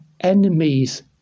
enemies